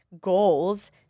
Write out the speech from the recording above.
goals